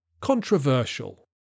Controversial